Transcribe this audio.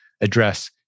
address